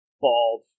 bald